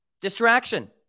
Distraction